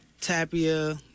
Tapia